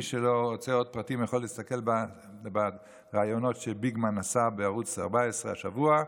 מי שרוצה עוד פרטים יכול להסתכל בראיונות שביגמן עשה בערוץ 14 השבוע,